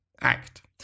act